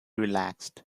relaxed